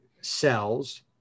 cells